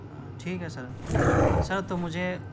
ہاں ٹھیک ہے سر سر تو مجھے